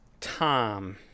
Tom